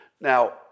Now